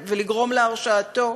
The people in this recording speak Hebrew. ולגרום להרשעתו.